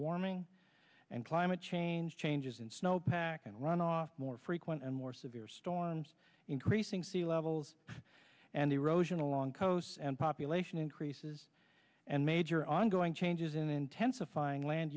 warming and climate change changes in snowpack and runoff more frequent and more severe storms increasing sea levels and erosion along coasts and population increases and major ongoing changes in intensifying land